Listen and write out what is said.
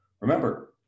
Remember